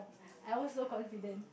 I was so confident